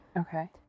Okay